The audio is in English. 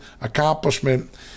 accomplishment